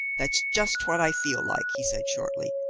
that's just what i feel like, he said shortly.